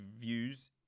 views